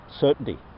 certainty